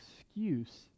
excuse